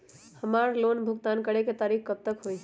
हमार लोन भुगतान करे के तारीख कब तक के हई?